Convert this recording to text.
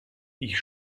ich